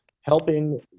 helping